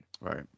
Right